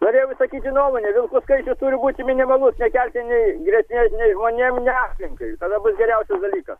norėjau išsakyti nuomonę vilkų skaičius turi būti minimalus nekelti nei grėsmės nei žmonėm nei aplinkai tada bus geriausias dalykas